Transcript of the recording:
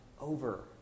over